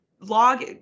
log